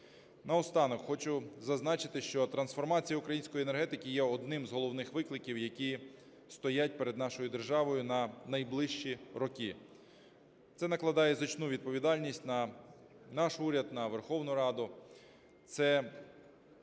Наостанок хочу зазначити, що трансформація української енергетики є одним з головних викликів, які стоять перед нашою державою на найближчі роки. Це накладає значну відповідальність на наш уряд, на Верховну Раду,